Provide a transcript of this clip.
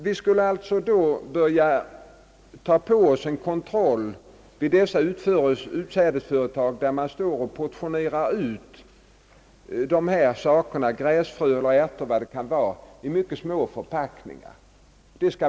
Vi skulle då alltså börja ta på oss en kontroll vid dessa utsädesföretag, där man skulle proportionera ut sådana saker som gräsfrö eller ärtor eller vad det kan vara i mycket små förpackningar.